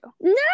No